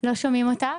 לא שומעים אותך.